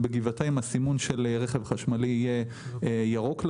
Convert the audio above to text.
ובגבעתיים הסימון של רכב חשמלי יהיה ירוק-לבן,